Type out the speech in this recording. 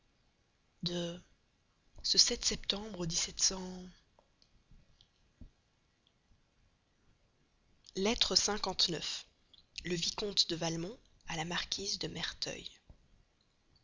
de septembre lettre le vicomte de valmont à la marquise de merteuil